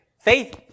faith